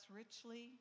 richly